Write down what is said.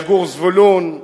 יגור זבולון,